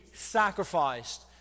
sacrificed